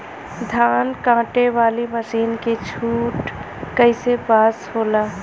धान कांटेवाली मासिन के छूट कईसे पास होला?